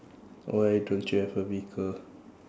why don't you have a vehicle